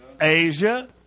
Asia